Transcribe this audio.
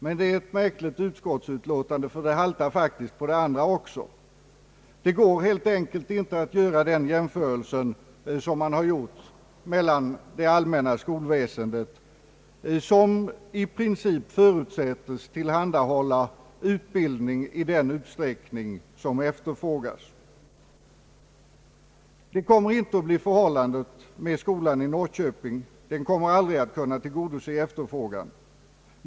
Det är ett bräckligt utskottsutlåtande, ty det haltar faktiskt också på det andra benet. Det går helt enkelt inte att göra en sådan jämförelse som man här gjort med det allmänna skolväsendet, som i princip förutsätts tillhandahålla utbildning i den utsträckning som efterfrågas. Det kommer inte att bli förhållandet med skolan i Norrköping. Den kommer aldrig att kunna tillgodose efterfrågan.